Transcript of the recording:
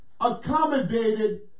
accommodated